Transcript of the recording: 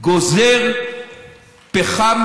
גוזר פחם